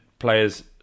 players